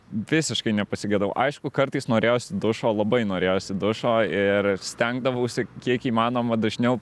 visiškai nepasigedau aišku kartais norėjosi dušo labai norėjosi dušo ir stengdavausi kiek įmanoma dažniau